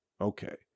Okay